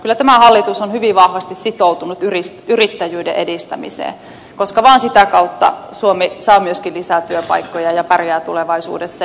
kyllä tämä hallitus on hyvin vahvasti sitoutunut yrittäjyyden edistämiseen koska vaan sitä kautta suomi saa myöskin lisää työpaikkoja ja pärjää tulevaisuudessa